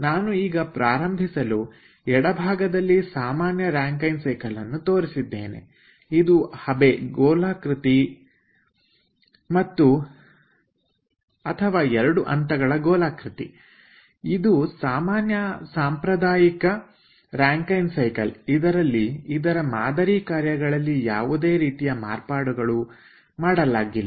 ನಾನು ಈಗ ಪ್ರಾರಂಭಿಸಲು ಎಡಭಾಗದಲ್ಲಿ ಸಾಮಾನ್ಯ ರಾಂಕೖೆನ್ ಸೈಕಲ್ ಅನ್ನು ತೋರಿಸಿದ್ದೇನೆ ಇದು ಹಬೆ ಗೋಲಾಕೃತಿ ಮತ್ತು ಅಥವಾ ಎರಡು ಹಂತಗಳ ಗೋಲಾಕೃತಿ ಇದು ಸಾಮಾನ್ಯ ಸಾಂಪ್ರದಾಯಿಕ ರಾಂಕೖೆನ್ ಸೈಕಲ್ ಇದರಲ್ಲಿ ಇದರ ಮಾದರಿ ಕಾರ್ಯಗಳಲ್ಲಿ ಯಾವುದೇ ರೀತಿಯ ಮಾರ್ಪಾಡುಗಳನ್ನು ಮಾಡಲಾಗಿಲ್ಲ